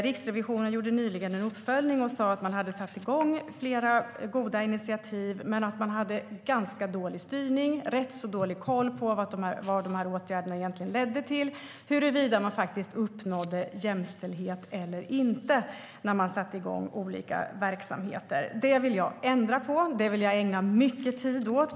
Riksrevisionen gjorde nyligen en uppföljning och sa att regeringen hade satt igång flera goda initiativ men att man hade ganska dålig styrning och rätt så dålig koll på vad åtgärderna egentligen ledde till och huruvida man uppnådde jämställdhet eller inte när man satte igång olika verksamheter. Det vill jag ändra på. Det vill jag ägna mycket tid åt.